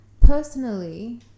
personally